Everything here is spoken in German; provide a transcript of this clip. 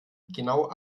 genau